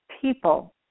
people